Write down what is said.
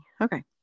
Okay